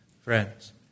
Friends